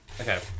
Okay